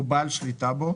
או בעל שליטה בו,